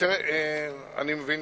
אני מבין,